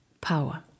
power